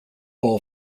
ball